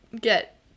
get